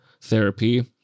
therapy